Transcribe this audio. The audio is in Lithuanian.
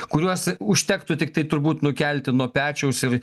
kuriuos užtektų tiktai turbūt nukelti nuo pečiaus ir